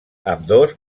ambdós